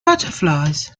butterflies